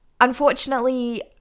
Unfortunately